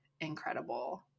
incredible